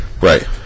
Right